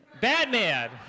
Batman